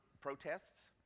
protests